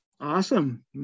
Awesome